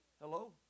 Hello